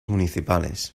municipales